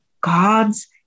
God's